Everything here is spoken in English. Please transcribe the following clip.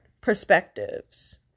perspectives